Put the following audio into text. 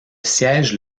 siège